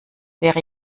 wäre